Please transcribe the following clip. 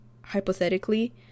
hypothetically